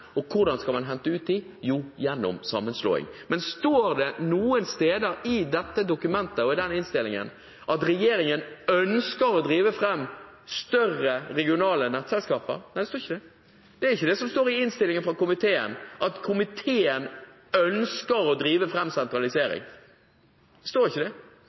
Og hvordan skal man hente ut dem? Jo, gjennom sammenslåing. Står det noen steder i dette dokumentet og i innstillingen at regjeringen ønsker å drive fram større regionale nettselskaper? Nei, det står ikke det. Står det i innstillingen fra komiteen at komiteen ønsker å drive fram en sentralisering? Nei, det står ikke det.